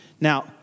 Now